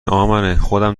امنهخودم